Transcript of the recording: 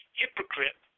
hypocrite